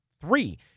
three